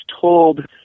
told